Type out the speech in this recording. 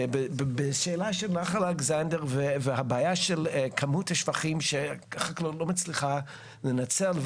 בשאלה של נחל אלכסנדר והבעיה של כמות השפכים שככה לא מצליחה לנצל.